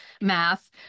math